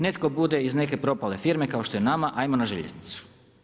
Netko bude iz neke propale firme kao što je NAMA, ajmo na željeznicu.